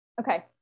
Okay